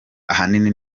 ahanini